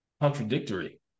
contradictory